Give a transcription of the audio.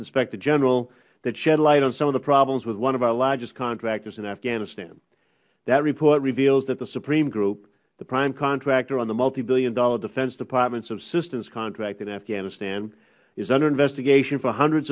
inspector general that shed light on some of the problems with one of our largest contractors in afghanistan that report reveals that the supreme group the prime contractor on the multibillion dollar defense departments subsistence contract in afghanistan is under investigation for hundreds